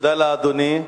תודה לאדוני.